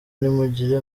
ntimugire